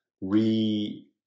re